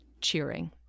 cheering